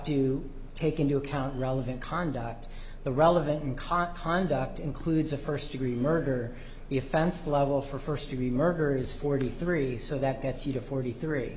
to take into account relevant conduct the relevant and current conduct includes a first degree murder the offense level for first degree murder is forty three so that gets you to forty three